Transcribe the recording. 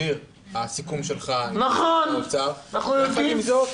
הסיכום שלך עם האוצר נשמע לי סביר.